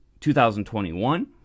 2021